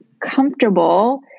comfortable